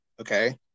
okay